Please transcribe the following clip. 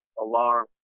alarm